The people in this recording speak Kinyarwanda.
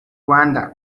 rwanda